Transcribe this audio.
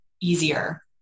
easier